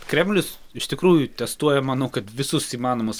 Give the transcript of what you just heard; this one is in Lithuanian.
kremlius iš tikrųjų testuoja manau kad visus įmanomus